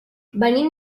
venim